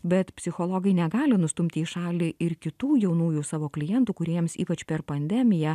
bet psichologai negali nustumti į šalį ir kitų jaunųjų savo klientų kuriems ypač per pandemiją